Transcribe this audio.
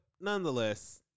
nonetheless